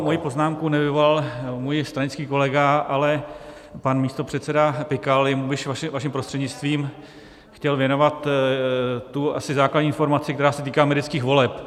Moji poznámku nevyvolal můj stranický kolega, ale pan místopředseda Pikal, jemuž bych vaším prostřednictvím chtěl věnovat tu asi základní informaci, která se týká amerických voleb.